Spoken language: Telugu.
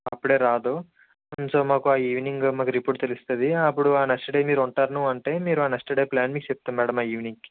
అప్పుడే రాదు సో మాకు ఆ ఈవినింగు మాకు రిపోర్ట్ తెలుస్తుంది అప్పుడు ఆ నెక్స్ట్ డే మీరు ఉంటాను అంటే మీరు ఆ నెక్స్ట్ డే ప్లాన్ మీకు చెప్తాను మ్యాడమ్ ఆ ఈవినింగ్కి